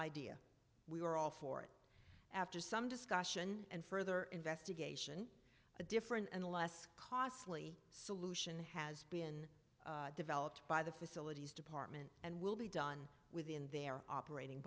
idea we were all for it after some discussion and further investigation a different and less costly solution has been developed by the facilities department and will be done within their operating